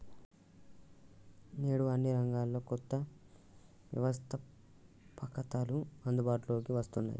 నేడు అన్ని రంగాల్లో కొత్త వ్యవస్తాపకతలు అందుబాటులోకి వస్తున్నాయి